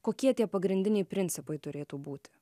kokie tie pagrindiniai principai turėtų būti